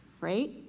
right